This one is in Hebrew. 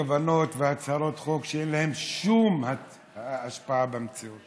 כוונות והצעות חוק שאין להן שום השפעה במציאות